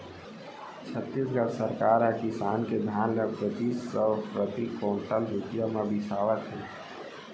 छत्तीसगढ़ सरकार ह किसान के धान ल पचीस सव प्रति कोंटल रूपिया म बिसावत हे